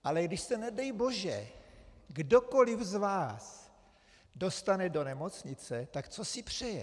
Ale když se nedej bože kdokoliv z vás dostane do nemocnice, tak co si přeje?